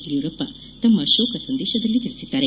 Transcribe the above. ಯಡಿಯೂರಪ್ಪ ತಮ್ಮ ಶೋಕ ಸಂದೇಶದಲ್ಲಿ ತಿಳಿಸಿದ್ದಾರೆ